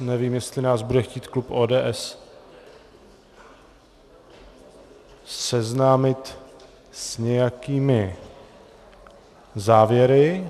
Nevím, jestli nás bude chtít klub ODS seznámit s nějakými závěry?